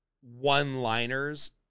one-liners